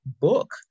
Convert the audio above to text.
book